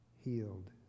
healed